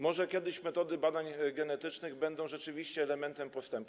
Może kiedyś metody badań genetycznych będą rzeczywiście elementem postępu.